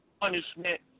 punishment